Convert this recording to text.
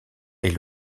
est